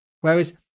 Whereas